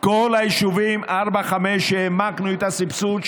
כל היישובים 5-4 שהעמקנו את הסבסוד,